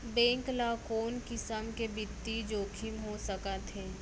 Bank ल कोन किसम के बित्तीय जोखिम हो सकत हे?